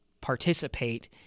participate